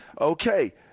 Okay